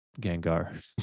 Gengar